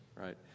right